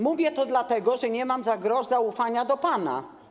Mówię to dlatego, że nie mam za grosz zaufania do pana.